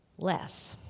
less.